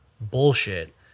bullshit